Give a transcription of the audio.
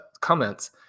comments